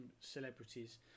celebrities